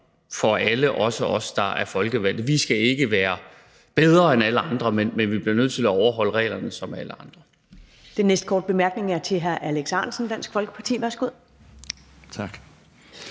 for alle, også for os, der er folkevalgte. Vi skal ikke være bedre end alle andre, men vi bliver nødt til at overholde reglerne som alle andre. Kl. 10:52 Første næstformand (Karen Ellemann): Den næste korte bemærkning er til hr. Alex Ahrendtsen, Dansk Folkeparti. Værsgo. Kl.